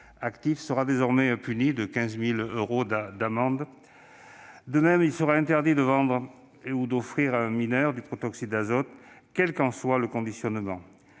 sera désormais puni de 15 000 euros d'amende. De même, il sera interdit de vendre ou d'offrir à un mineur du protoxyde d'azote, quel qu'en soit le conditionnement.